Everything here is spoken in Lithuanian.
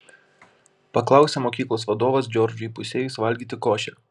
paklausė mokyklos vadovas džordžui įpusėjus valgyti košę